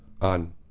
On